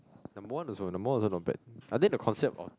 number one also number one also not bad are there the concept orh